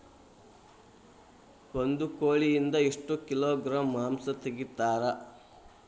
ಒಂದು ಕೋಳಿಯಿಂದ ಎಷ್ಟು ಕಿಲೋಗ್ರಾಂ ಮಾಂಸ ತೆಗಿತಾರ?